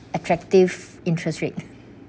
attractive interest rate